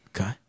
Okay